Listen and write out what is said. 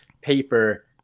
paper